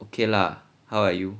okay lah how are you